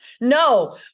No